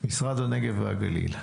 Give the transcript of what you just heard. משרד הנגב והגליל.